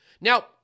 Now